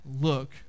look